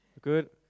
good